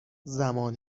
زمان